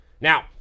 Now